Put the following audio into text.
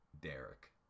Derek